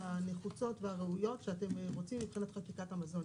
הנחוצות והראויות שאתם רוצים מבחינת חקיקת המזון,